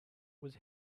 was